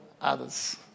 others